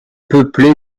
peuplé